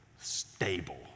stable